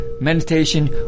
Meditation